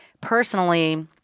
Personally –